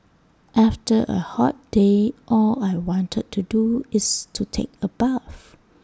after A hot day all I want to do is take A bath